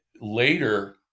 later